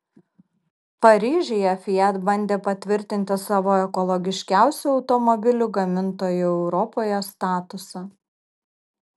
paryžiuje fiat bandė patvirtinti savo ekologiškiausio automobilių gamintojo europoje statusą